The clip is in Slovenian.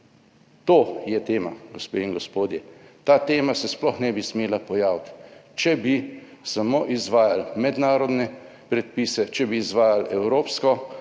To je tema, gospe in gospodje. Ta tema se sploh ne bi smela pojaviti, če bi samo izvajali mednarodne predpise če bi izvajali evropsko